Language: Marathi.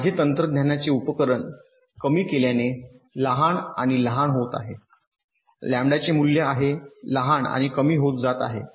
माझे तंत्रज्ञानाचे उपकरण कमी केल्याने लहान आणि लहान होत आहे लॅम्बडाचे मूल्य आहे लहान आणि कमी होत जात आहे